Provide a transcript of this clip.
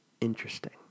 Interesting